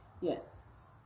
yes